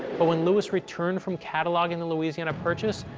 but when lewis returned from cataloging the louisiana purchase,